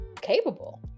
capable